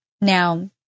Now